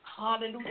Hallelujah